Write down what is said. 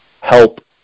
help